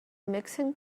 mixing